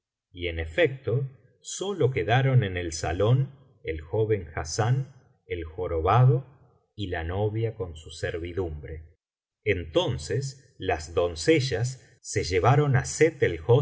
y en efecto sólo quedaron en el salón el joven hassán el jorobado y la novia con su servidumbre entonces las doncellas se llevaron á sett